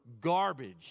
garbage